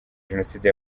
jenoside